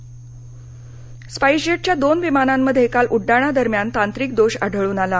विमान स्पा अंजेट च्या दोन विमानांमध्ये काल उड्डाणादरम्यान तांत्रिक दोष आढळून आला